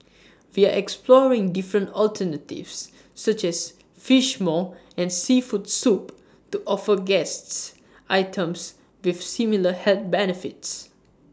we are exploring different alternatives such as Fish Maw and Seafood Soup to offer guests items with similar health benefits